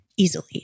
Easily